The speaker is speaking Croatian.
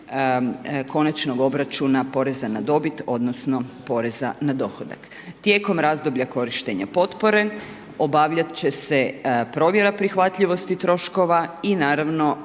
konačnog obračuna poreza na dobit odnosno poreza na dohodak. Tijekom razdoblja korištenja potpore, obavljat će se provjera prihvatljivosti troškova i naravno